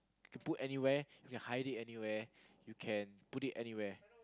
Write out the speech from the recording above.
put anywhere you can hide it anywhere you can put it anywhere